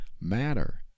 matter